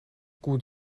gut